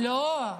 לא.